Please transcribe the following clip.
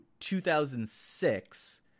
2006